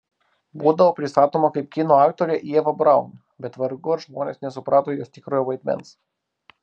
būdavo pristatoma kaip kino aktorė ieva braun bet vargu ar žmonės nesuprato jos tikrojo vaidmens